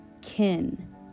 kin